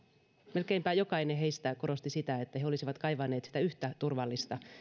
melkeinpä jokainen heistä korosti sitä että he olisivat kaivanneet sitä yhtä turvallista